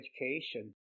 education